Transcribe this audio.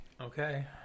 Okay